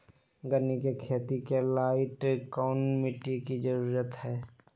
गन्ने की खेती के लाइट कौन मिट्टी की जरूरत है?